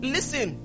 Listen